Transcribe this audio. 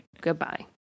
Goodbye